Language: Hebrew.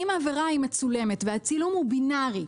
אם העבירה מצולמת והצילום הוא בינארי,